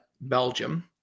Belgium